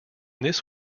this